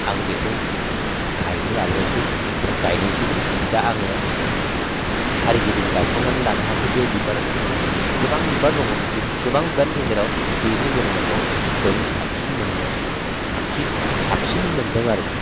आं बेखौ गायनो लाबोनायसै ओमफ्राय गायनायसैबो दा आङो सोरिगिदिं गायफबनानै लानो हायाखै बे बिबारखौ गोबां बिबार दङ गोबां बिबारनि गेजेराव बेनि मोदोमनायखौ आं बयनिख्रुइ साबसिन मोन्दों साबसिन मोन्दों आरोकि